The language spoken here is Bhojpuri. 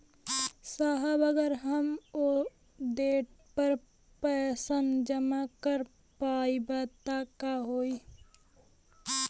साहब अगर हम ओ देट पर पैसाना जमा कर पाइब त का होइ?